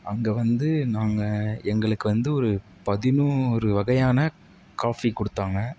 அங்கே வந்து நாங்கள் எங்களுக்கு வந்து ஒரு பதினோரு வகையான காஃபி கொடுத்தாங்க